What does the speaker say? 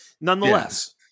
nonetheless